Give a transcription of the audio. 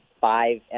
five